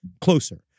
closer